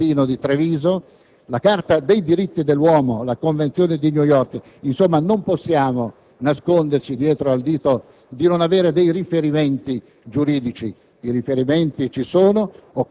la Carta dei diritti del bambino di Treviso, la Carta dei diritti dell'uomo, la Convenzione di New York. Insomma, non possiamo nasconderci dietro il dito di non avere dei riferimenti giuridici.